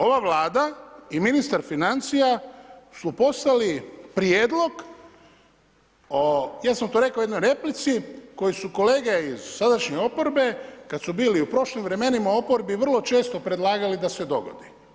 Ova Vlada i ministar financija su poslali prijedlog o, ja sam to rekao u jednoj replici, koje su kolege iz sadašnje oporbe kad su bili u prošlim vremenima u oporbi, vrlo često predlagali da se dogodi.